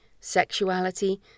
sexuality